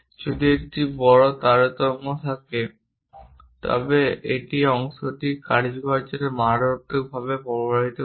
যদি একটি বড় তারতম্য থাকে তবে এটি অংশটির কার্যকারিতাকে মারাত্মকভাবে প্রভাবিত করে